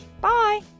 Bye